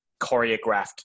choreographed